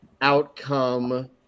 outcome